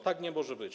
Tak nie może być.